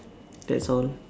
that's all